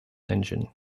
engine